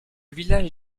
village